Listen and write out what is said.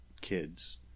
kids